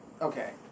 Okay